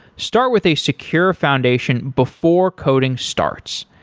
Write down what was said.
start with a secure foundation before coding starts.